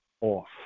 off